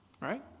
right